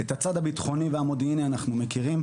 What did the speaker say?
את הצד הביטחוני והמודיעיני אנחנו מכירים,